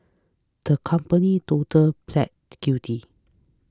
the company today pleaded guilty